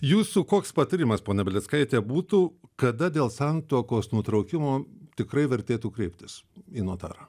jūsų koks patarimas ponia belickaite būtų kada dėl santuokos nutraukimo tikrai vertėtų kreiptis į notarą